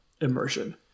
immersion